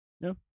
No